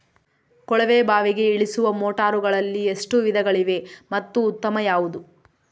ಕೊಳವೆ ಬಾವಿಗೆ ಇಳಿಸುವ ಮೋಟಾರುಗಳಲ್ಲಿ ಎಷ್ಟು ವಿಧಗಳಿವೆ ಮತ್ತು ಉತ್ತಮ ಯಾವುದು?